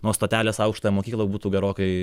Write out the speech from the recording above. nuo stotelės aukštąją mokyklą būtų gerokai